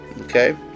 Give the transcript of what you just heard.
Okay